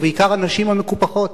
ובעיקר הנשים המקופחות.